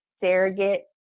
surrogate